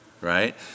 right